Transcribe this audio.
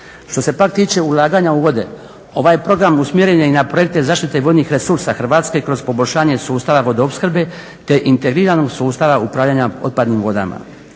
Što se pak tiče ulaganje u vode, ovaj program usmjeren je i na projekte zaštite vodnih resursa Hrvatske kroz poboljšanje sustava vodoopskrbe te integriranog sustava upravljanja otpadnim vodama.